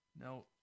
Now